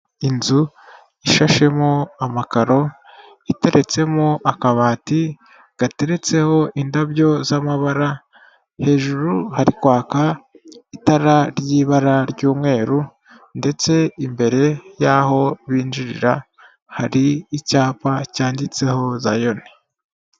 Inzu ishashemo amakaro, iteretsemo akabati, gateretseho indabyo z'amabara, hejuru hari kwaka itara ry'ibara ry'umweru, ndetse imbere y'aho binjirira hari icyapa cyanditseho Zayoni.